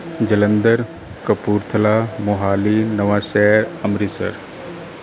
Jalandhar Kapurthala Mohali Nawanshahr Amritsar